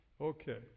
Okay